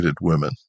women